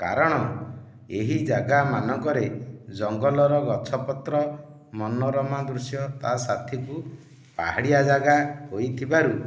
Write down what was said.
କାରଣ ଏହି ଜାଗାମାନଙ୍କରେ ଜଙ୍ଗଲର ଗଛପତ୍ର ମନୋରମା ଦୃଶ୍ୟ ତା ସାଥୀକୁ ପାହାଡ଼ିଆ ଜାଗା ହୋଇଥିବାରୁ